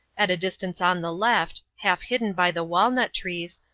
at a distance on the left, half hidden by the walnut-trees,